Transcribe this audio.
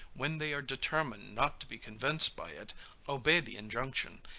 when they are determined not to be convinced by it obey the injunction,